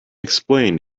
explain